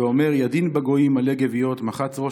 ואומר ידין הַגּוֹיִם מלא גְוִיּוֹת מחץ ראש